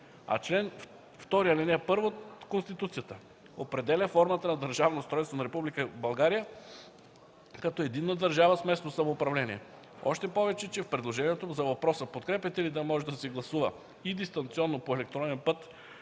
а чл. 2, ал. 1 от Конституцията определя формата на държавно устройство на Република България като единна държава с местно самоуправление. Още повече, че в предложението за въпрос „Подкрепяте ли да може да се гласува и дистанционно по електронен път